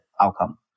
outcome